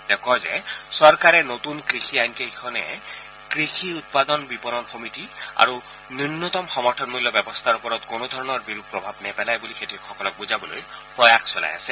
তেওঁ কয় যে চৰকাৰে নতুন কৃষি আইনকেইখনে কৃষি উৎপাদ বিপণন সমিতি আৰু ন্য়নতম সমৰ্থন মূল্য ব্যৱস্থাৰ ওপৰত কোনোধৰণৰ বিৰূপ প্ৰভাব নেপেলায় বুলি খেতিয়কসকলক বুজাবলৈ প্ৰয়াস চলাই আছে